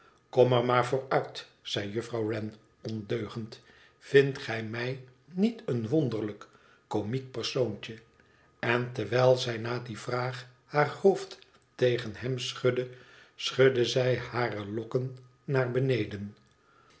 kom er maar voor uit zei juffrouw wren ondeugend vindt gij mij niet een wonderlijk komiek persoontje en terwijl zij na die vraag haar hoofd tegen hem schudde schudde zij hare lokken naar beneden